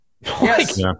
yes